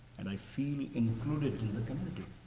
and i felt included in the community.